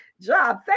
job